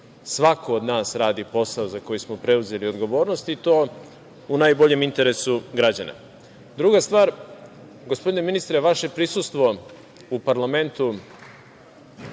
svako od nas radi posao za koji smo preuzeli odgovornosti i to u najboljem interesu građana. Druga stvar, gospodine ministre, vaše prisustvo u parlamentu